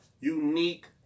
unique